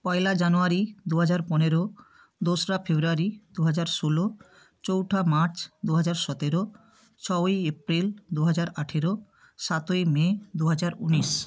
পয়লা January দু হাজার পনেরো দোসরা ফেব্রুয়ারি দু হাজার ষোলো চৌঠা মার্চ দু হাজার সতেরো ছই এপ্রিল দু হাজার আঠেরো সাতই মে দু হাজার উনিশ